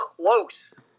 close